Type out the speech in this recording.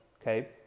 okay